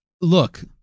look